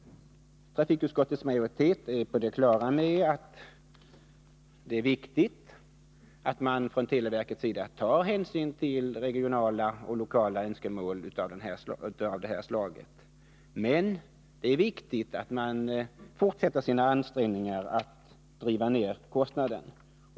Trafikutskottets majoritet är på det klara med att det är viktigt att man från televerkets sida tar hänsyn till regionala och lokala önskemål av det här slaget, men det är viktigt att man fortsätter ansträngningarna att sänka kostnaderna.